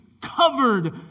covered